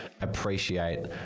appreciate